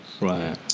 right